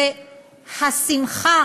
והשמחה